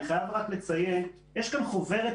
וזה קצת חבל,